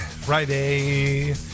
friday